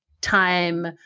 time